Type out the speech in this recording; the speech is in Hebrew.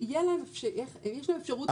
יש להן אפשרות לקבל את זה.